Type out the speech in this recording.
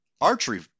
Archery